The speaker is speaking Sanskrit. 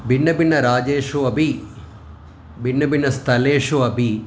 भिन्नभिन्न राज्येषु अपि भिन्नभिन्न स्थलेषु अपि